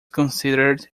considered